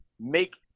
make